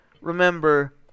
remember